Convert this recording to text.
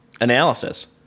analysis